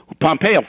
Pompeo